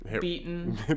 beaten